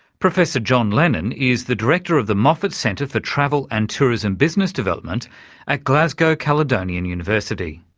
professor john lennon is the director of the moffat centre for travel and tourism business development at glasgow caledonian university.